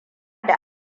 da